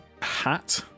hat